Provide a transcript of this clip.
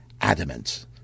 adamant